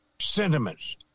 sentiments